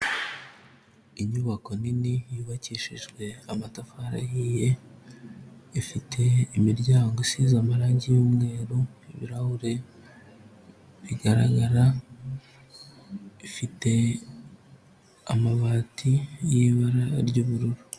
Inyubako nini yubakishijwe amatafari ahiye, ifite imiryango isize amarangi y'umweru, ibirahure bigaragara, ifite amabati y' ibara ry'ubururu.